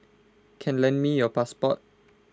can lend me your passport